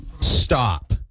Stop